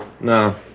No